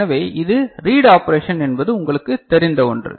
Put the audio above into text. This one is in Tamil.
எனவே இது ரீட் ஆப்பரேஷன் என்பது உங்களுக்குத் தெரிந்த ஒன்று